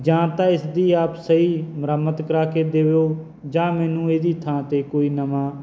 ਜਾਂ ਤਾਂ ਇਸ ਦੀ ਆਪ ਸਹੀ ਮੁਰੰਮਤ ਕਰਾ ਕੇ ਦਿਓ ਜਾਂ ਮੈਨੂੰ ਇਹਦੀ ਥਾਂ 'ਤੇ ਕੋਈ ਨਵਾਂ